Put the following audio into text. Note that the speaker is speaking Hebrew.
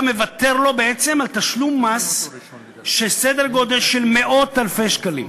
אתה מוותר לו בעצם על תשלום מס בסדר גודל של מאות אלפי שקלים.